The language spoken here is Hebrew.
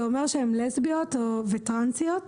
לסביות וטראנסיות.